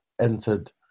entered